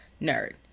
nerd